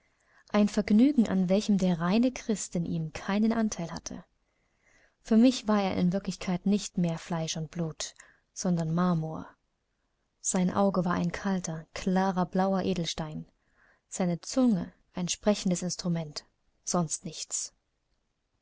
ein vergnügen an welchem der reine christ in ihm keinem anteil hatte für mich war er in wirklichkeit nicht mehr fleisch und blut sondern marmor sein auge war ein kalter klarer blauer edelstein seine zunge ein sprechendes instrument sonst nichts